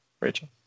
Rachel